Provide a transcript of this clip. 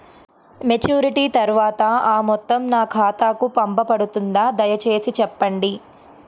Maturity తర్వాత ఆ మొత్తం నా ఖాతాకు పంపబడుతుందా? దయచేసి చెప్పండి?